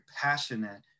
passionate